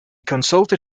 consulted